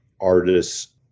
artists